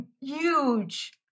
huge